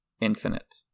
infinite